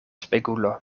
spegulo